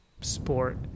sport